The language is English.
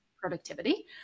productivity